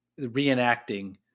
reenacting